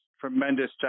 tremendous